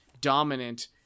dominant